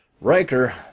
Riker